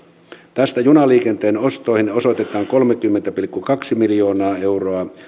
tästä junaliikenteen ostoihin osoitetaan kolmekymmentä pilkku kaksi miljoonaa euroa